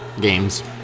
Games